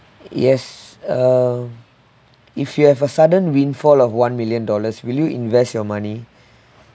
yes uh if you have a sudden windfall of one million dollars will you invest your money